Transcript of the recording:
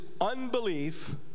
unbelief